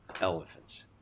elephants